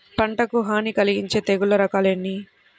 పంటకు హాని కలిగించే తెగుళ్ల రకాలు ఎన్ని?